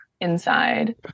inside